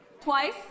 twice